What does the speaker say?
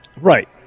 Right